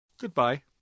goodbye